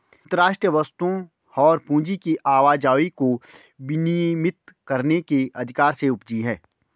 अंतर्राष्ट्रीय वित्त वस्तुओं और पूंजी की आवाजाही को विनियमित करने के अधिकार से उपजी हैं